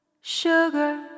Sugar